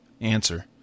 Answer